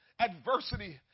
Adversity